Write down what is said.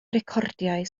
recordiau